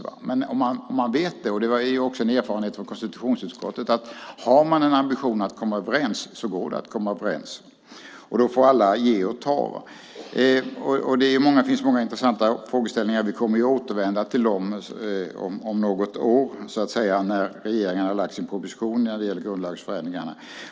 Om man vet - det är också en erfarenhet från konstitutionsutskottet - att alla har en ambition att komma överens går det att komma överens. Då får alla ge och ta. Det finns många intressanta frågeställningar. Vi kommer att återvända till dem om något år när regeringen har lagt fram sin proposition när det gäller grundlagsförändringarna.